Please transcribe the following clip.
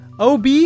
ob